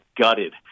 gutted